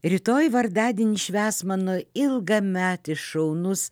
rytoj vardadienį švęs mano ilgametis šaunus